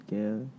girl